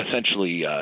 essentially